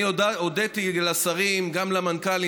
אני הודיתי לשרים, גם למנכ"לים.